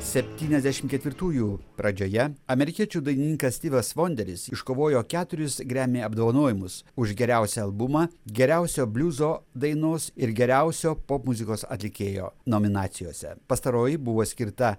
septyniasdešim ketvirtųjų pradžioje amerikiečių dainininkas stivas vonderis iškovojo keturis gramy apdovanojimus už geriausią albumą geriausio bliuzo dainos ir geriausio popmuzikos atlikėjo nominacijose pastaroji buvo skirta